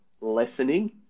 lessening